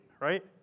right